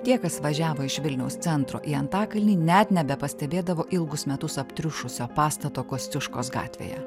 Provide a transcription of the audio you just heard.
tie kas važiavo iš vilniaus centro į antakalnį net nebepastebėdavo ilgus metus aptriušusio pastato kosciuškos gatvėje